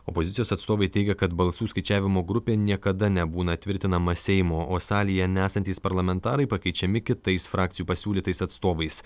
opozicijos atstovai teigia kad balsų skaičiavimo grupė niekada nebūna tvirtinama seimo salėje nesantys parlamentarai pakeičiami kitais frakcijų pasiūlytais atstovais